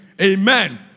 Amen